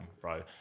bro